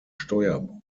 steuerbord